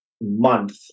month